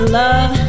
love